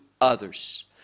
others